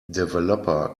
developer